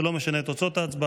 זה לא משנה את תוצאות ההצבעה,